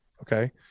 okay